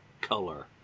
color